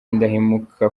indahemuka